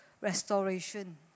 restoration